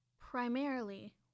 primarily